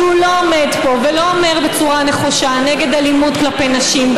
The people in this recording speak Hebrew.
שהוא לא עומד פה ולא אומר בצורה נחושה נגד אלימות כלפי נשים,